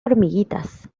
hormiguitas